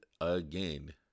again